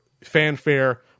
fanfare